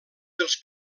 dels